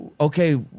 okay